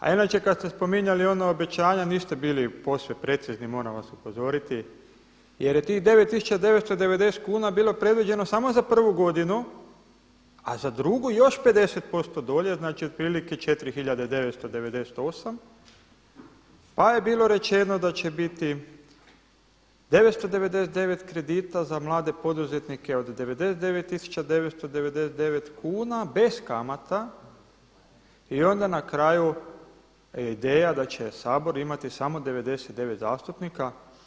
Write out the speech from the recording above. A inače kada ste spominjali ona obećanja niste bili posve precizni moram vas upozoriti jer je tih 9.990 kuna bilo predviđeno samo za prvu godinu, a za drugu još 50% dolje znači otprilike 4.998 pa je bilo rečeno da će biti 999 kredita za mlade poduzetnike od 99.999 kuna bez kamata i onda na kraju ideja da će Sabor imati samo 99 zastupnika.